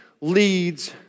leads